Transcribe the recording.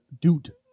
Dude